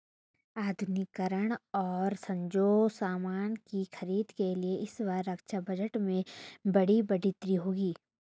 आधुनिकीकरण और साजोसामान की खरीद के लिए इस बार रक्षा बजट में बड़ी बढ़ोतरी होगी